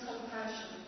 compassion